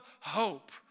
hope